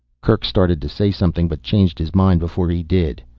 kerk started to say something, but changed his mind before he did.